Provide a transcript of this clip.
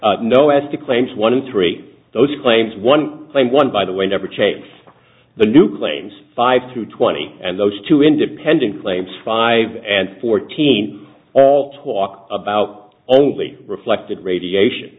three those claims one play one by the way never chase the new claims five to twenty and those two independent claims five and fourteen all talk about only reflected radiation